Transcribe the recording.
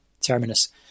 Terminus